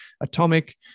Atomic